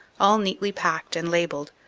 all neatly packed and labelled,